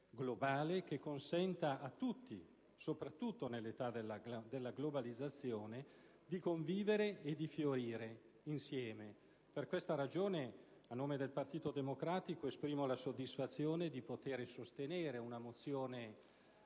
globale che consenta a tutti, soprattutto nell'età della globalizzazione, di convivere e di fiorire insieme. Per tale ragione, a nome del Gruppo del Partito Democratico, esprimo la soddisfazione di poter sostenere un documento